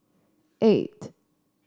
eight